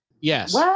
Yes